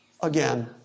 Again